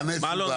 מה לא?